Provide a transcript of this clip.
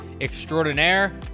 Extraordinaire